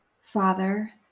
Father